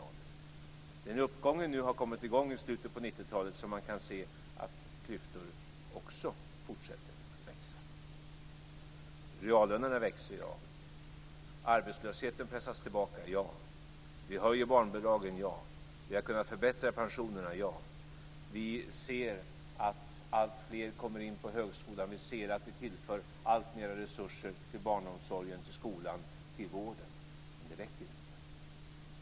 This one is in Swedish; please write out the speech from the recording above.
I den uppgång som nu har kommit i gång i slutet på 90-talet kan man se att klyftor också fortsätter att växa. Ja, reallönerna växer. Ja, arbetslösheten pressas tillbaka. Ja, vi höjer barnbidragen. Ja, vi har kunnat förbättra pensionerna. Vi ser att alltfler kommer in på högskolan. Vi ser att vi tillför alltmer resurser till barnomsorgen, skolan och vården. Men det räcker inte.